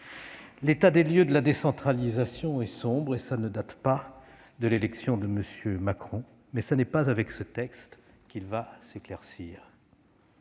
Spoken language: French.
L'état des lieux de la décentralisation est sombre- cela ne date pas de l'élection de M. Macron -, mais ce n'est pas avec ce texte que l'horizon va s'éclaircir.